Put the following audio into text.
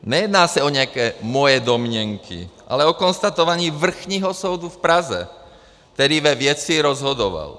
Nejedná se o nějaké moje domněnky, ale o konstatování Vrchního soudu v Praze, který ve věci rozhodoval.